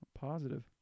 Positive